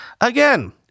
again